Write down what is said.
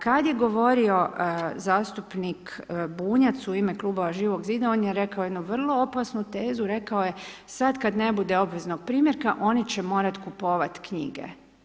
Kad je govorio zastupnik Bunjac u ime kluba Živog zida, on je rekao jednu vrlo opasnu tezu, rekao je sad kad ne bude obveznog primjerka, oni će morat kupovat knjige.